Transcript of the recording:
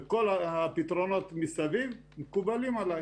וכל הפתרונות מסביב מקובלים עלי.